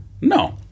No